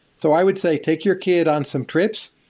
so i would say take your kid on some trips,